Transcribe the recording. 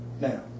Now